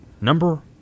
Number